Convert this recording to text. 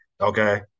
Okay